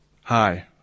hi